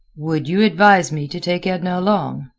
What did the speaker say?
would you advise me to take edna along?